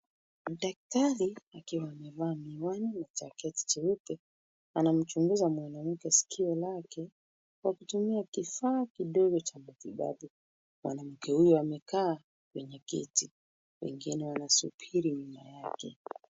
Daktari akiwa amevaa miwani na jacket jeupe anamchunguza mwanamke sikio lake kwa kutumia kifaa kidogo cha matibabu. Mwanamke huyo amekaa kwenye kiti. Wengine wanasubiri nyuma yake.